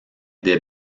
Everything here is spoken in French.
des